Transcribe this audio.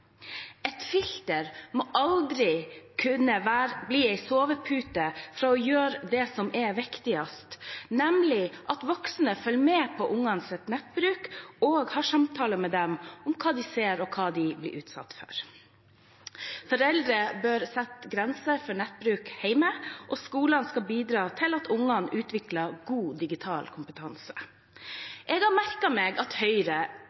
Et filter må aldri kunne bli en sovepute når det gjelder å gjøre det som er viktigst, nemlig at voksne følger med på ungenes nettbruk og har samtaler med dem om hva de ser, og hva de blir utsatt for. Foreldre bør sette grenser for nettbruk hjemme, og skolene skal bidra til at ungene utvikler god digital kompetanse. Jeg har merket meg at Høyre